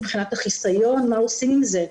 מבחינת החיסיון מה עושים עם זה,